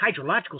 hydrological